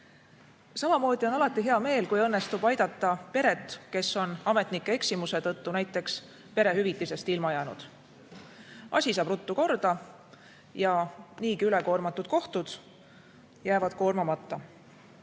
tühiasi. Samamoodi on alati hea meel, kui õnnestub aidata peret, kes on ametnike eksimuse tõttu näiteks perehüvitisest ilma jäänud. Asi saab ruttu korda ja niigi ülekoormatud kohtud jäävad koormamata.